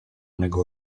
negò